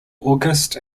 august